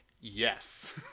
yes